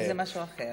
זה משהו אחר.